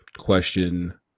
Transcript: Question